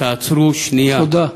תעצרו שנייה, תודה.